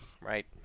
right